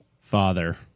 father